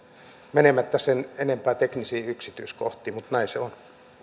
menemättä sen enempää teknisiin yksityiskohtiin mutta näin se on